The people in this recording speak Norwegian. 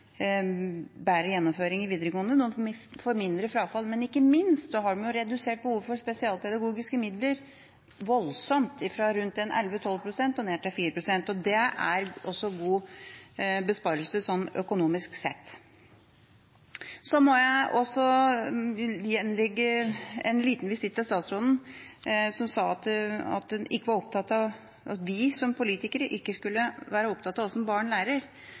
bedre gjennomføring i videregående og mindre frafall. Ikke minst har de redusert behovet for spesialpedagogiske midler voldsomt, fra 11–12 pst. og ned til 4 pst. Det er en god besparelse også økonomisk sett. Jeg må igjen legge en liten visitt til statsråden, som sa at vi som politikere ikke skal være opptatt av hvordan barn lærer: